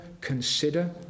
consider